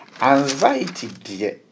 anxiety